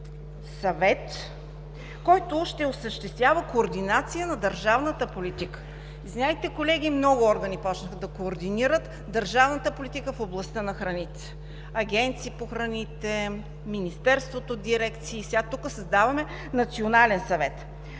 съвет, който ще осъществява координация на държавната политика. Извинявайте, колеги, много органи започнаха да координират държавната политика в областта на храните – агенции по храните, в Министерството – дирекции, сега тук създаваме национален съвет.